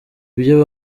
ibyo